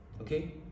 Okay